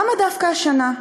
למה דווקא השנה?